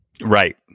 Right